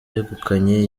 yegukanye